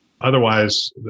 Otherwise